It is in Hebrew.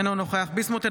אינו נוכח בועז ביסמוט,